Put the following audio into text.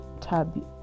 tab